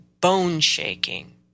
bone-shaking